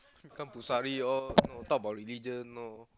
become all know talk about religion all